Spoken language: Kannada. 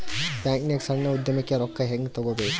ಬ್ಯಾಂಕ್ನಾಗ ಸಣ್ಣ ಉದ್ಯಮಕ್ಕೆ ರೊಕ್ಕ ಹೆಂಗೆ ತಗೋಬೇಕ್ರಿ?